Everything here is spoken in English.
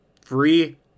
free